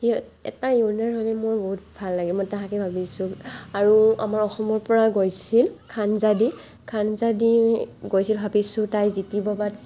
সিহঁত এটাই ৱিনাৰ হ'লে মোৰ বহুত ভাল লাগে মই তাহাঁকে ভাবিছোঁ আৰু আমাৰ অসমৰ পৰা গৈছিল খানযা দি খানযা দি গৈছিল ভাবিছোঁ তাই জিতিব বাট